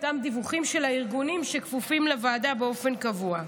אותם דיווחים של הארגונים שכפופים לוועדה באופן קבוע.